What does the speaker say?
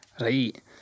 Right